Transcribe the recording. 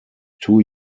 two